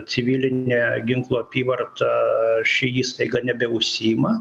civilinė ginklų apyvarta ši įstaiga nebeužsiima